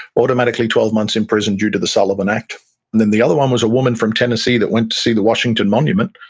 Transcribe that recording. automatically twelve months in prison due to the sullivan act then the other one was a woman from tennessee that went to see the washington monument,